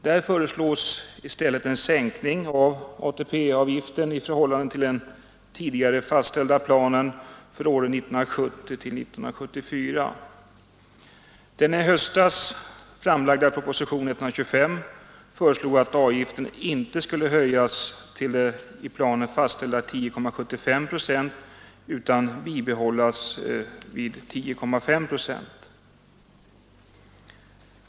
Där föreslås i stället en sänkning av ATP-avgiften i förhållande till den tidigare fastställda planen för åren 1970—1974. Den i höstas framlagda propositionen 125 föreslog att avgiften inte skulle höjas till i planen fastställda 10,75 procent utan bibehållas vid 10,5 procent.